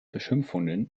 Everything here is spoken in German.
beschimpfungen